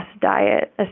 diet